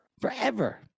forever